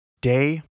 Day